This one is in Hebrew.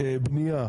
בנייה,